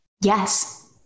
Yes